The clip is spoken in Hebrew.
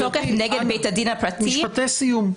אנא --- בתוקף נגד בית הדין הפרטי --- משפטי סיום.